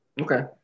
Okay